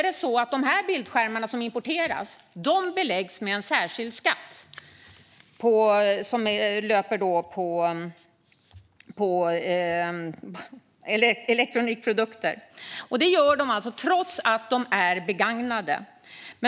De bildskärmar som importeras beläggs dock med en särskild skatt på elektronikprodukter, trots att de alltså är begagnade.